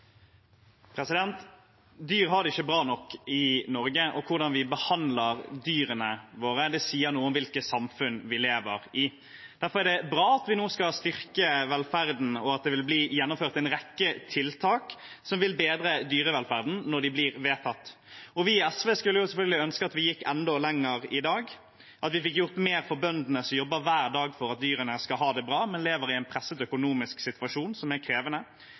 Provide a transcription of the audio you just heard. Dyr har det ikke bra nok i Norge, og hvordan vi behandler dyrene våre, sier noe om hvilket samfunn vi lever i. Derfor er det bra at vi nå skal styrke velferden, og at det vil bli gjennomført en rekke tiltak som vil bedre dyrevelferden når de blir vedtatt. Vi i SV skulle selvfølgelig ønske at vi gikk enda lenger i dag, at vi fikk gjort mer for bøndene som jobber hver dag for at dyrene skal ha det bra, men som lever i en presset økonomisk situasjon som er krevende.